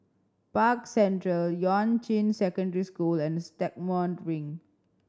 Park Central Yuan Ching Secondary School and Stagmont Ring